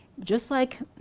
just like,